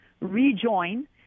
rejoin